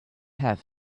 have